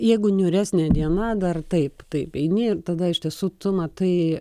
jeigu niūresnė diena dar taip taip eini ir tada iš tiesų tu matai